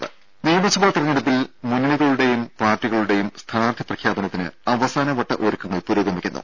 ദ്ദേ നിയമസഭാ തിരഞ്ഞെടുപ്പിൽ മുന്നണികളുടെയും പാർട്ടികളുടെയും സ്ഥാനാർത്ഥി പ്രഖ്യാപനത്തിന് അവസാനവട്ട ഒരുക്കങ്ങൾ പുരോഗമിക്കുന്നു